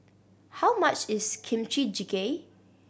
how much is Kimchi Jjigae